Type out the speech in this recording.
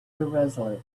irresolute